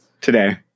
Today